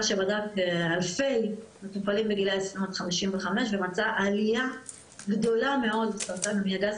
שמדד אלפי מטופלים בגילים 20-55 ומצא עליה גדולה מאוד בסרטן המעי הגס,